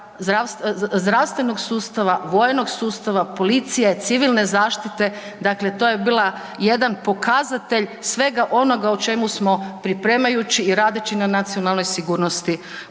zdravstvenog sustava, vojnog sustava, policije, civilne zaštite, dakle to je bila jedan pokazatelj svega onoga o čemu smo pripremajući i radeći na nacionalnoj sigurnosti